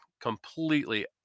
completely